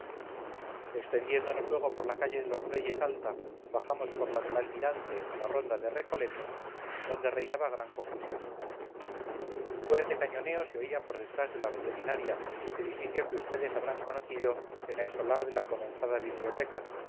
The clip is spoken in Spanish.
extendiéndonos luego por la calle de los reyes alta bajamos por la del almirante a la ronda de recoletos donde reinaba gran confusión fuerte cañoneo se oía por detrás de la veterinaria edificio que vds habrán conocido en el solar de la comenzada biblioteca